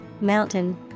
mountain